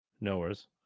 knowers